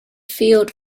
field